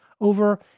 over